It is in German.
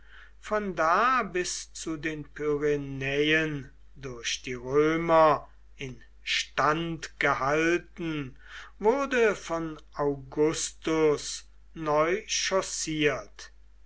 von da bis zu den pyrenäen durch die römer instand gehalten wurde von augustus